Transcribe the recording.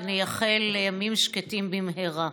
ונייחל לימים שקטים במהרה.